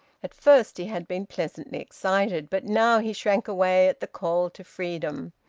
at first he had been pleasantly excited, but now he shrank away at the call to freedom,